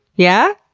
yeah?